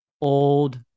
old